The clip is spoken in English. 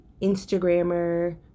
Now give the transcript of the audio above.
Instagrammer